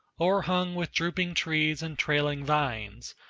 o'erhung with drooping trees and trailing vines,